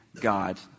God